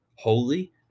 holy